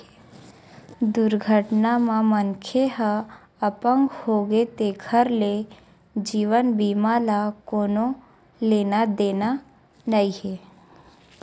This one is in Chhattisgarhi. दुरघटना म मनखे ह अपंग होगे तेखर ले जीवन बीमा ल कोनो लेना देना नइ हे